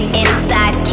inside